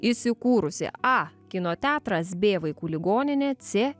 įsikūrusi a kino teatras b vaikų ligoninė c